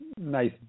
nice